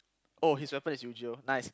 oh his weapon is Eugeo nice